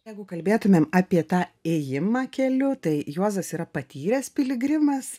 jeigu kalbėtumėm apie tą ėjimą keliu tai juozas yra patyręs piligrimas